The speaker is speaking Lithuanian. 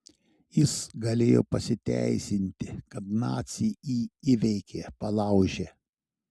jis galėjo pasiteisinti kad naciai jį įveikė palaužė